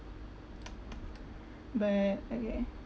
but okay